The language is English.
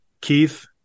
Keith